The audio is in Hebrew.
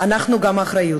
אנחנו גם האחריות"